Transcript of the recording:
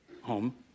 home